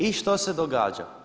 I što se događa?